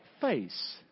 face